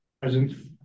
Present